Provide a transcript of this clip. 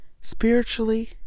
spiritually